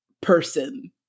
person